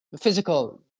Physical